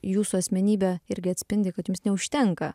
jūsų asmenybę irgi atspindi kad jums neužtenka